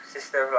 Sister